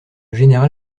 général